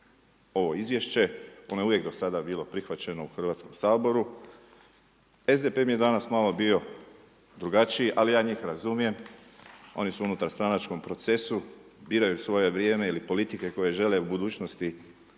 ovo izvješće, ono je uvijek do sada bilo prihvaćeno u Hrvatskom saboru. SDP mi je danas malo bio drugačiji, ali ja njih razumijem, oni su unutarstranačkom procesu, biraju svoje vrijeme ili politike koje žele u budućnosti